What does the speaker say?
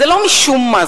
אלא שזה לא משום מה,